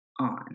on